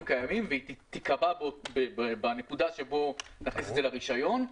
קיימים והיא תיקבע בנקודה שבה נכניס את זה לרישיון.